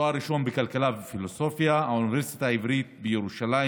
תואר ראשון בכלכלה ובפילוסופיה באוניברסיטה העברית בירושלים,